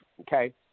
okay